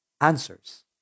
answers